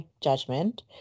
judgment